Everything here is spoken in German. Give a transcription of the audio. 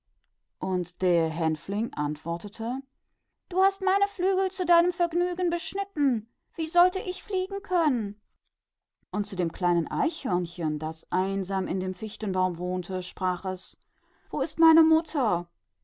und der hänfling antwortete du hast mir die flügel zu deinem vergnügen beschnitten wie sollte ich fliegen und zu dem kleinen eichhörnchen das in der tanne wohnte und einsam war sagte es wo ist meine mutter